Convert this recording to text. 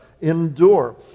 endure